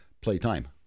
playtime